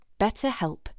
BetterHelp